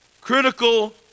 critical